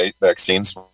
vaccines